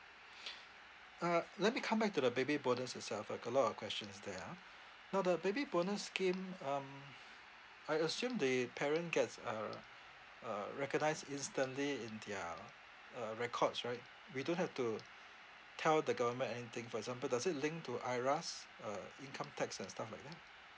uh let me come back to the baby bonus itself I got a lot of questions there ah now the baby bonus scheme um I assume the parent gets uh uh recognised instantly in their uh records right we don't have to tell the government anything for example does it link to IRAS uh income tax and stuff like that